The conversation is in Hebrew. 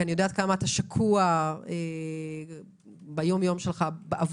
כי אני יודעת כמה אתה שקוע ביום-יום שלך בעבודה